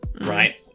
right